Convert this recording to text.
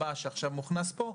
שעכשיו מוכנס פה,